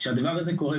כשהדבר הזה קורה,